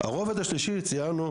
הרובד השלישי ציינו,